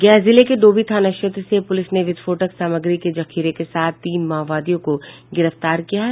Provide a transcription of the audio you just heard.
गया जिले के डोभी थाना क्षेत्र से पुलिस ने विस्फोट सामग्री के जखीरे के साथ तीन माओवादियों को गिरफ्तार किया है